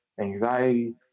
anxiety